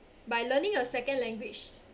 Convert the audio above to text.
by learning a second language